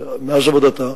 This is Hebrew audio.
עד כה תרומת המשרד,